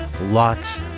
Lots